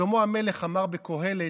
שלמה המלך אמר בקהלת: